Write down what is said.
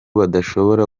badashobora